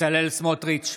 בצלאל סמוטריץ'